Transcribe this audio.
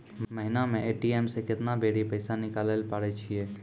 महिना मे ए.टी.एम से केतना बेरी पैसा निकालैल पारै छिये